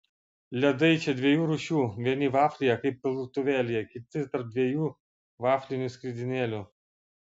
ledai čia dviejų rūšių vieni vaflyje kaip piltuvėlyje kiti tarp dviejų vaflinių skridinėlių